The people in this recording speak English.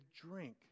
drink